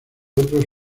otros